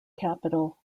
capital